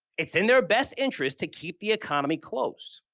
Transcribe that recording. it's in their best interest to keep the economy closed,